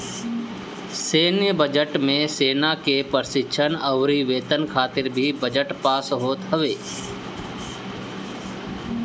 सैन्य बजट मे सेना के प्रशिक्षण अउरी वेतन खातिर भी बजट पास होत हवे